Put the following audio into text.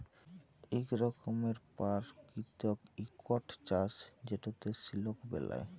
ইক রকমের পারকিতিক ইকট চাষ যেটতে সিলক বেলায়